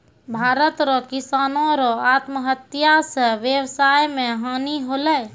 भारत रो किसानो रो आत्महत्या से वेवसाय मे हानी होलै